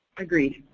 agreed